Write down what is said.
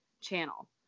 channel